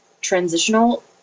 transitional